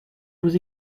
vous